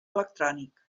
electrònic